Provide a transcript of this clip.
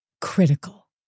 critical